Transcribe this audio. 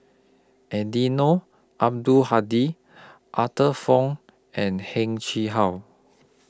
Eddino Abdul Hadi Arthur Fong and Heng Chee How